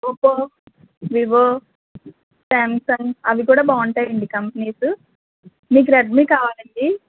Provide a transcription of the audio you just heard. Oppo Vivo Samsung అవి కూడా బాగుంటాయండి కంపెనీస్ మీకు రెడ్మీ కావాలాండి